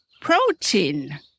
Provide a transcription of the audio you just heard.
protein